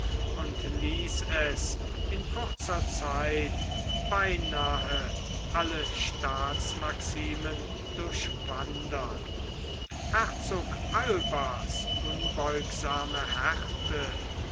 und ließ es in kurzer zeit beinahe alle staatsmaximen durchwandern herzog albas unbeugsame härte